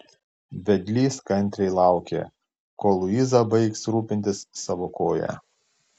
vedlys kantriai laukė kol luiza baigs rūpintis savo koja